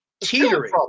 teetering